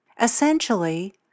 Essentially